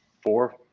four